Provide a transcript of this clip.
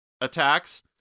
attacks